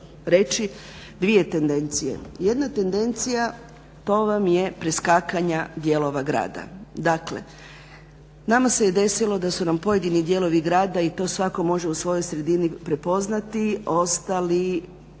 dvije tendencije. Jedna tendencija to vam je preskakanje dijelova grada, dakle nama se desilo da su nam pojedini dijelovi grada i to svako može u svojoj sredini prepoznati, ostali